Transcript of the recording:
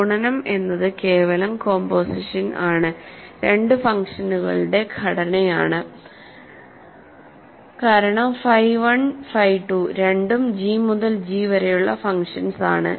ഗുണനം എന്നത് കേവലം കോമ്പോസിഷൻ ആണ് രണ്ട് ഫംഗ്ഷനുകളുടെ ഘടനയാണ് കാരണം ഫൈ 1 ഫൈ 2 രണ്ടും G മുതൽ G വരെയുള്ള ഫങ്ഷൻസ് ആണ്